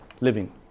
living